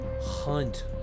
Hunt